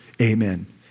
Amen